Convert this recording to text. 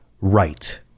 right